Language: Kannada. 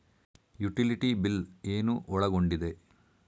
ಯುಟಿಲಿಟಿ ಬಿಲ್ ಏನು ಒಳಗೊಂಡಿದೆ?